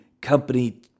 company